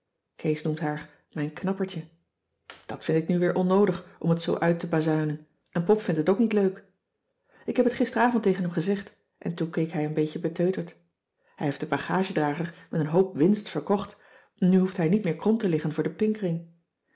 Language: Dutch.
kees noemt haar mijn knappertje dat vind ik nu weer onnoodig om het zoo uittebazuinen en pop vindt het ook niet leuk ik heb t gisteravond tegen hem gezegd en toen keek hij een beetje beteuterd hij heeft den bagagedrager met een hoop winst verkocht en nu hoeft hij niet meer krom te liggen voor den pinkring